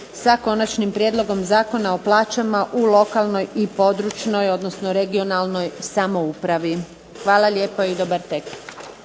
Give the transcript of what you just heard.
sa Konačnim prijedlogom zakona o plaćama u lokalnoj i područnoj, odnosno regionalnoj samoupravi. Hvala lijepo! **Bebić, Luka